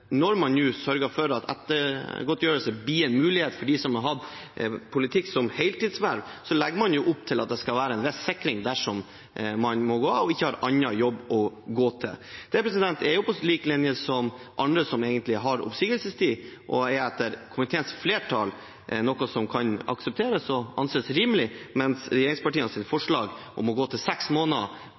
når man nå sørger for at ettergodtgjørelse blir en mulighet for dem som har hatt politikk som heltidsverv, legger man jo opp til at det skal være en viss sikring dersom man må gå av og ikke har annen jobb å gå til. Det er egentlig på lik linje med det å ha oppsigelsestid og er etter komiteens flertall noe som kan aksepteres og anses rimelig – mens regjeringspartienes forslag om å gå til seks måneder,